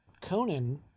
Conan